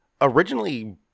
originally